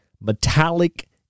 metallic